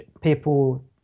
people